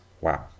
wow